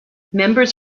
members